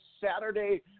Saturday